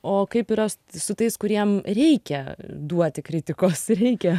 o kaip yra s su tais kuriem reikia duoti kritikos reikia